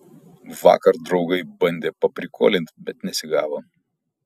vakar draugai bandė paprikolint bet nesigavo